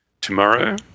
tomorrow